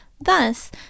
Thus